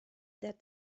that